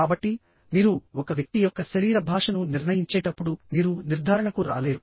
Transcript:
కాబట్టి మీరు ఒక వ్యక్తి యొక్క శరీర భాషను నిర్ణయించేటప్పుడు మీరు నిర్ధారణకు రాలేరు